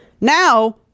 now